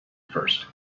first